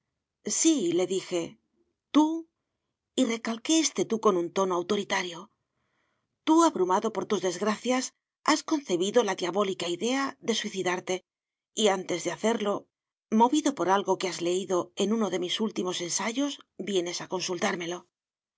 propósito síle dije túy recalqué este tú con un tono autoritario tú abrumado por tus desgracias has concebido la diabólica idea de suicidarte y antes de hacerlo movido por algo que has leído en uno de mis últimos ensayos vienes a consultármelo